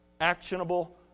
actionable